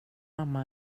mamma